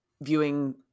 viewing